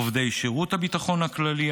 עובדי שירות הביטחון הכללי,